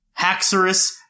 Haxorus